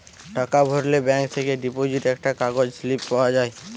টাকা ভরলে ব্যাঙ্ক থেকে ডিপোজিট একটা কাগজ স্লিপ পাওয়া যায়